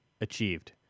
achieved